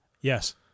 Yes